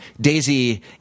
Daisy